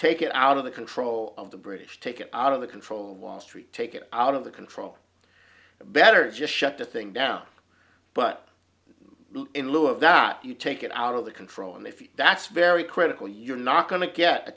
take it out of the control of the british take it out of the control of wall street take it out of the control better just shut the thing down but in lieu of that you take it out of the control and if you that's very critical you're not going to get a